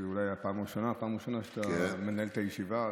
זו אולי הפעם הראשונה שאתה מנהל את הישיבה?